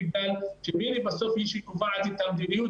זה בגלל שמירי בסוף היא שקובעת את המדיניות